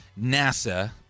NASA